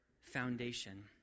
foundation